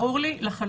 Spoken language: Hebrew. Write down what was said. ברור לי לחלוטין.